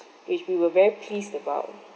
which we were very pleased about